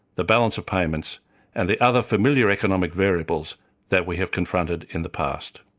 the balance of payments and the other familiar economic variables that we have confronted in the past.